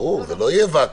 ברור, לא יהיה ואקום.